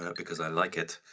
ah because i like it,